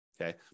okay